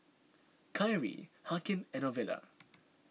Kyree Hakim and Ovila